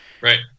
Right